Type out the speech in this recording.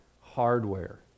hardware